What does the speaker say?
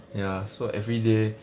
ya so everyday